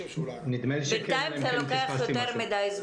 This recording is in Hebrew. נדמה לי שכן, אלא אם כן פספסתי משהו.